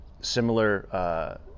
similar